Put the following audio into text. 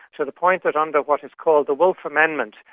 so the point that under what is called the wolf amendment,